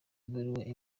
ibaruwa